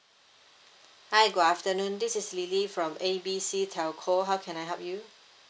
hi good afternoon this is lily from A B C telco how can I help you